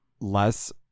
less